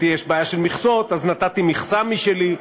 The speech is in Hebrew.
יש בעיה של מכסות, אז נתתי מכסה משלי.